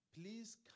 Please